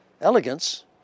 elegance